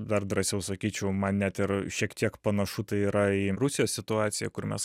dar drąsiau sakyčiau man net ir šiek tiek panašu tai yra į rusijos situaciją kur mes